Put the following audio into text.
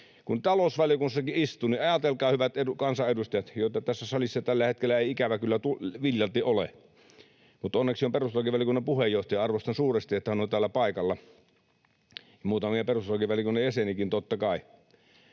Kun talousvaliokunnassakin istun, niin ajatelkaa, hyvät kansanedustajat, joita tässä salissa tällä hetkellä ei ikävä kyllä viljalti ole — mutta onneksi on perustuslakivaliokunnan puheenjohtaja, ja arvostan suuresti, että hän on täällä paikalla, ja muutamia perustuslakivaliokunnan jäseniäkin totta kai